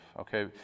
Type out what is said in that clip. Okay